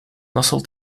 nasıl